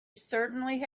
certainly